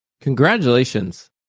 Congratulations